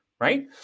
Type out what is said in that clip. right